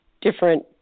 different